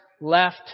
left